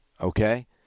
Okay